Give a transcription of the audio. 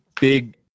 big